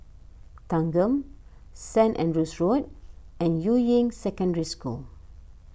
Thanggam Saint Andrew's Road and Yuying Secondary School